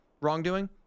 wrongdoing